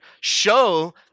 show